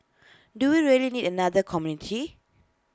do we really need another community